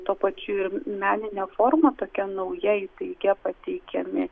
tuo pačiu ir menine forma tokia nauja įtaigia pateikiami